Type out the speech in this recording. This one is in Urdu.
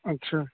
اچھا